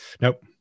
Nope